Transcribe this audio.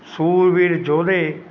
ਸੂਰਵੀਰ ਯੋਧੇ